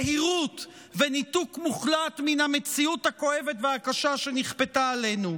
יהירות וניתוק מוחלט מן המציאות הכואבת והקשה שנכפתה עלינו.